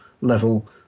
level